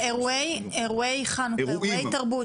אירועי חנוכה, אירועי תרבות